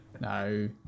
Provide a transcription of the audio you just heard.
No